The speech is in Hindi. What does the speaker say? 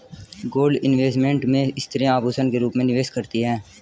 गोल्ड इन्वेस्टमेंट में स्त्रियां आभूषण के रूप में निवेश करती हैं